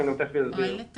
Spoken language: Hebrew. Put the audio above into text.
ואני גם תיכף אסביר למה.